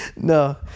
No